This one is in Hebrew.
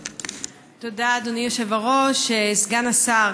תודה, אדוני היושב-ראש, סגן השר,